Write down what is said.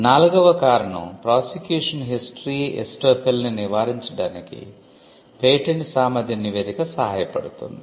4 వ కారణం prosecution history estoppel ని నివారించడడానికి పేటెంట్ సామర్థ్య నివేదిక సహాయపడుతుంది